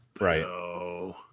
Right